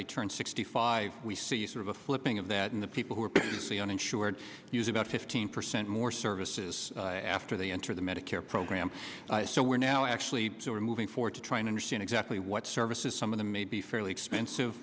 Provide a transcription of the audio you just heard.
they turn sixty five we see sort of a flipping of that and the people who are uninsured use about fifteen percent more services after they enter the medicare program so we're now actually moving forward to trying to understand exactly what services some of them may be fairly expensive